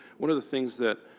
one of the things that